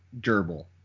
Gerbil